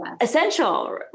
essential